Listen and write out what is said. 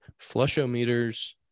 flushometers